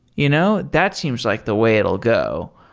you know that seems like the way it will go.